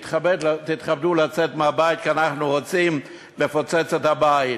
תתכבדו לצאת מהבית כי אנחנו רוצים לפוצץ את הבית.